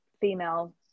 female